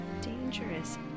Dangerous